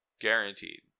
guaranteed